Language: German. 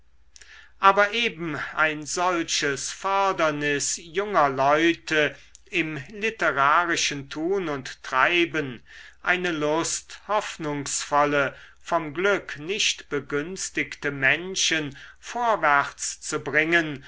aber eben ein solches fördernis junger leute im literarischen tun und treiben eine lust hoffnungsvolle vom glück nicht begünstigte menschen vorwärts zu bringen